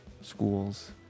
schools